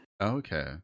Okay